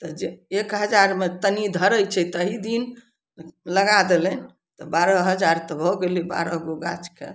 तऽ जे एक हजारमे तनी धरय छै ताहि दिन लगा देलनि तऽ बारह हजार भऽ गेलय बारह गो गाछके